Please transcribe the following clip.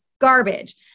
garbage